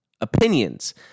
opinions